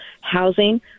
housing